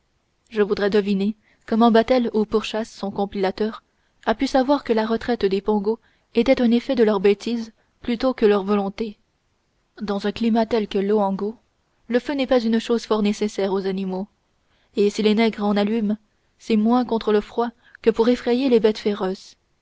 je voudrais deviner comment battel ou purchass son compilateur a pu savoir que la retraite des pongos était un effet de leur bêtise plutôt que de leur volonté dans un climat tel que loango le feu n'est pas une chose fort nécessaire aux animaux et si les nègres en allument c'est moins contre le froid que pour effrayer les bêtes féroces